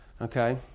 Okay